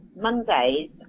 Mondays